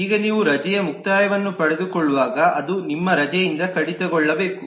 ಈಗ ನೀವು ರಜೆಯ ಮುಕ್ತಾಯವನ್ನು ಪಡೆದುಕೊಳ್ಳುವಾಗ ಅದು ನಿಮ್ಮ ರಜೆಯಿಂದ ಕಡಿತಗೊಳ್ಳಬೇಕು